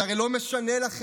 זה הרי לא משנה לכם.